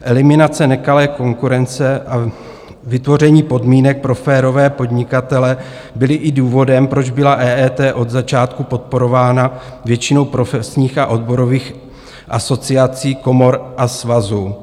Eliminace nekalé konkurence a vytvoření podmínek pro férové podnikatele byly i důvodem, proč byla EET od začátku podporována většinou profesních a odborových asociací, komor a svazů.